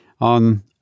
on